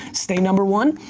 stay number one,